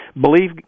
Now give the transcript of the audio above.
believe